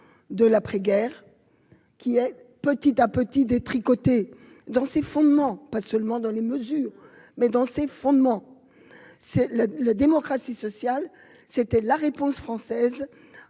de l'après-guerre. Qui est petit à petit des tricoter dans ses fondements, pas seulement dans les mesures mais dans ses fondements, c'est le : la démocratie sociale, c'était la réponse française